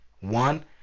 one